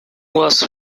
was